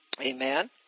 Amen